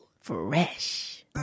Fresh